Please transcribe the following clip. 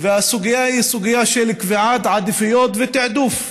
והסוגיה היא סוגיה של קביעת עדיפויות ותעדוף.